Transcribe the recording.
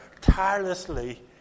tirelessly